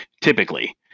typically